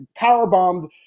powerbombed